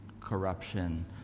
Corruption